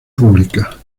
pública